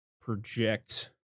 project